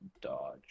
dodge